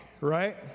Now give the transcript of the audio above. right